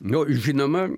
jo žinoma